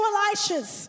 Elisha's